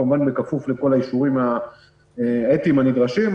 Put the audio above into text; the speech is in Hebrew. בכפוף לכל האישורים האתיים הנדרשים.